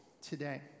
today